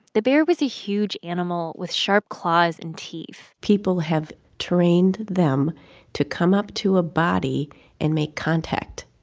the bear was a huge animal with sharp claws and teeth people have trained them to come up to a body and make contact,